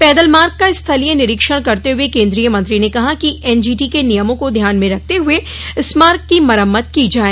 पैदल मार्ग का स्थलीय निरीक्षण करते हुए केंद्रीय मंत्री ने कहा कि एनजीटी के नियमों को ध्यान में रखते हुए इस मार्ग की मरम्मत की जाए